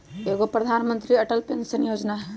एगो प्रधानमंत्री अटल पेंसन योजना है?